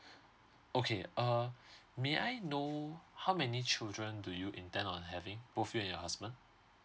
okay uh may I know how many children do you intend on having both you and your husband